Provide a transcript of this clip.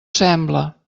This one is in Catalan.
sembla